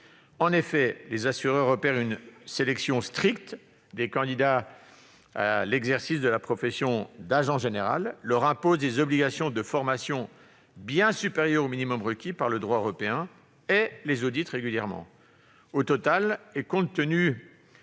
En effet, les assureurs opèrent une sélection stricte des candidats à l'exercice de la profession d'agent général, leur imposent des obligations de formation bien supérieures au minimum requis par le droit européen et les auditent régulièrement. Au total, et compte tenu